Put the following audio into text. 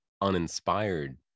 uninspired